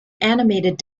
animated